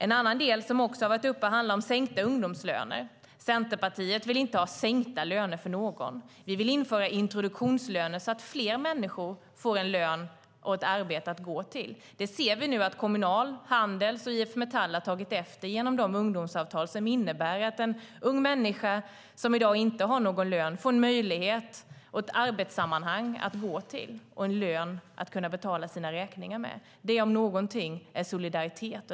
En annan del som har varit uppe handlar om sänkta ungdomslöner. Centerpartiet vill inte ha sänkta löner för någon. Vi vill införa introduktionslöner så att fler människor får en lön och ett arbete att gå till. Det ser vi nu att Kommunal, Handels och IF Metall har tagit efter genom de ungdomsavtal som innebär att en ung människa som i dag inte har någon lön får en möjlighet, ett arbete att gå till och en lön att betala sina räkningar med. Det om någonting är solidaritet.